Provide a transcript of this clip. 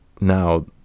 now